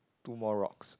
two more rocks